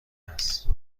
است